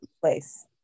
place